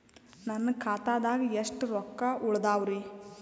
ನನ್ನ ಖಾತಾದಾಗ ಎಷ್ಟ ರೊಕ್ಕ ಉಳದಾವರಿ?